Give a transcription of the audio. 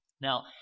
Now